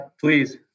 please